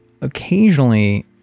occasionally